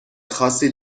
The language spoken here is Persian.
خاصی